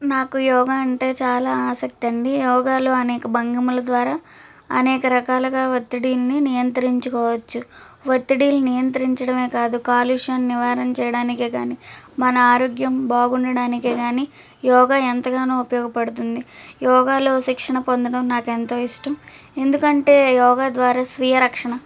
నాకు యోగా అంటే చాలా ఆసక్తి అండి యోగాలు అనేక భంగిమల ద్వారా అనేక రకాలుగా ఒత్తిడిని నియంత్రించుకోవచ్చు ఒత్తిడిలని నియంత్రించడమే కాదు కాలుష్యం నివారణ చేయడానికి కానీ మన ఆరోగ్యం బాగుండడానికి కానీ యోగ ఎంతగానో ఉపయోగపడుతుంది యోగాలో శిక్షణ పొందడం నాకు ఎంతో ఇష్టం ఎందుకంటే యోగ ద్వారా స్వీయ రక్షణ